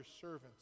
servants